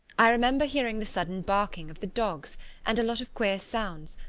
i remember hearing the sudden barking of the dogs and a lot of queer sounds,